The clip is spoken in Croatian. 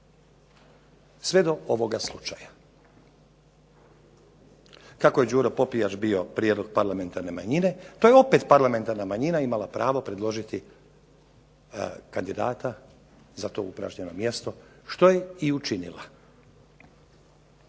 sve do ovoga slučaja. Kako je Đuro Popijač bio prijedlog parlamentarne manjine to je opet parlamentarna manjina imala pravo predložiti kandidata za to upražnjeno mjesto što je i učinila.